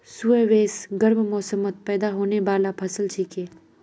squash गर्म मौसमत पैदा होने बाला फसल छिके